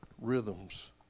rhythms